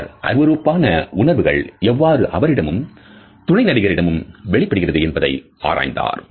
அவர் அருவருப்பான உணர்வுகள் எவ்வாறு அவரிடமும் துணை நடிகர் இடமும் வெளிப்படுகிறது என்பதை ஆராய்ந்தார்